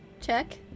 check